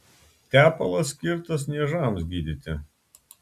tepalas skirtas niežams gydyti